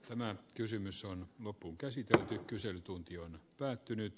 tämä kysymys on loppuun käsitelty olla suomen tie